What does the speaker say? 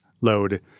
load